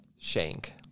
shank